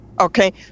okay